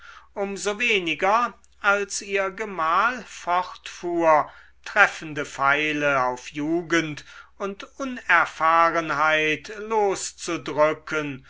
so weniger als ihr gemahl fortfuhr treffende pfeile auf jugend und unerfahrenheit loszudrücken